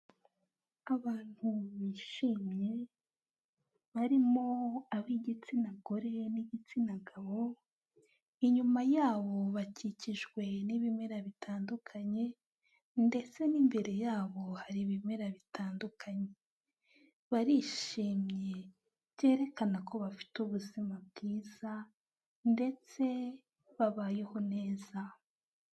Abantu bishimye barimo ab'igitsina gore n'igitsina gabo, inyuma yabo bakikijwe n'ibimera bitandukanye ndetse n'imbere yabo hari ibimera bitandukanye, barishimye byerekana ko bafite ubuzima bwiza ndetse babayeho neza.